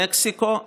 מקסיקו,